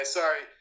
sorry